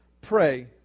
Pray